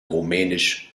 rumänisch